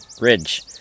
ridge